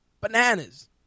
Bananas